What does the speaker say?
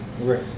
right